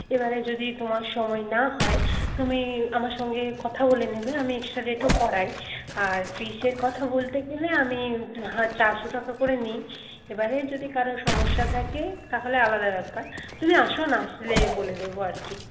এবারে যদি তোমার সময় না হয় তুমি আমার সঙ্গে কথা বলে নেবে আমি এক্সট্রা ডেটও করাই আর ফিসের কথা বলতে গেলে আমি হ্যাঁ চারশো টাকা করে নিই এবারে যদি কারোর সমস্যা থাকে তাহলে আলাদা ব্যাপার তুমি আসো না আসলে বলে দেব আর কি